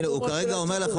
הוא כרגע אומר לך,